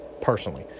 personally